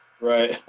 Right